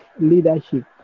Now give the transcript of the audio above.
leadership